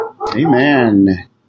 Amen